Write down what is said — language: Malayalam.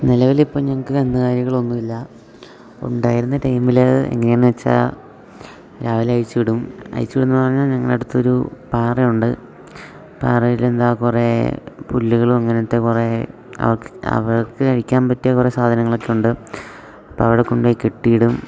നിലവിൽ ഇപ്പം ഞങ്ങൾക്ക് കന്നുകാലികൾ ഒന്നും ഇല്ല ഉണ്ടായിരുന്ന ടൈമിൽ എങ്ങനെയെന്ന് വെച്ചാൽ രാവിലെ അഴിച്ച് വിടും അഴിച്ച് വിടുമെന്ന് പറഞ്ഞാൽ ഞങ്ങളുടെ അടുത്തൊരു പാറ ഉണ്ട് പാറയിൽ എന്താ കുറെ പുല്ലുകളും അങ്ങനത്തെ കുറെ അവർ അവർക്ക് കഴിക്കാൻ പറ്റിയ കുറെ സാധനങ്ങൾ ഒക്കെ ഉണ്ട് അപ്പം അവിടെ കൊണ്ട് പോയി കെട്ടിയിടും